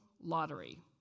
lottery